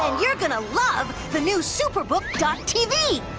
ah you're going to love the new superbook dot tv.